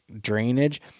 drainage